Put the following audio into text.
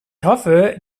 hoffe